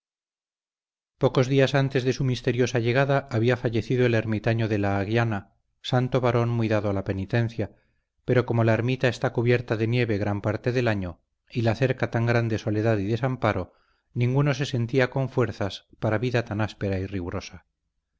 pocos días antes de su misteriosa llegada había fallecido el ermitaño de la aguiana santo varón muy dado a la penitencia pero como la ermita está cubierta de nieve gran parte del año y la cerca tan grande soledad y desamparo ninguno se sentía con fuerzas para vida tan áspera y rigurosa